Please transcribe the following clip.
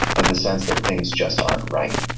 and the sense that things just aren't right.